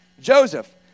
Joseph